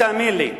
בוודאי, תאמין לי.